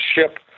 ship